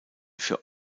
für